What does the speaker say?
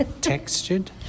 Textured